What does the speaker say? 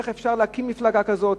איך אפשר להקים מפלגה כזאת,